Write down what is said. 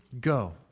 go